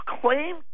claim